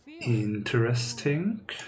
Interesting